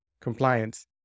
compliance